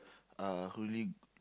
uh who really